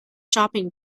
shopping